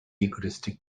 egoistic